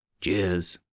Cheers